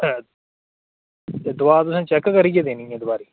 ते दोआऽ तुसें चैक्क करियै देनी ऐ दोआरी